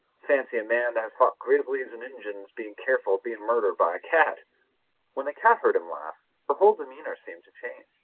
fancy a man that has fought grizzlies an' injuns bein' careful of bein' murdered by a cat when the cat heard him laugh, her whole demeanour seemed to change.